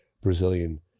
Brazilian